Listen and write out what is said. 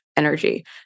energy